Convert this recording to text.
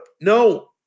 No